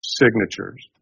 signatures